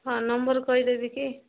ହଁ ନମ୍ବର୍ କହିଦେବି କି